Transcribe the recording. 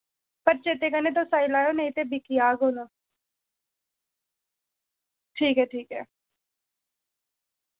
पर चेत्ते कन्नै तुस आई लैयो नेईं तां बिकी जाग उन ठीक ऐ ठीक ऐ